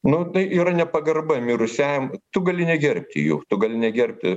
nu tai yra nepagarba mirusiajam tu gali negerbti juk tu gali negerbti